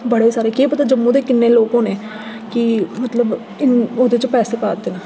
बड़े सारे केह् पता जम्मू दे किन्ने लोक होने कि मतलब ओह्दे च पैसे पा दे न